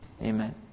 Amen